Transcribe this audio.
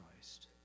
Christ